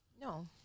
No